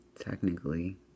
Technically